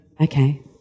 Okay